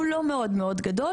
הוא לא מאוד מאוד גדול,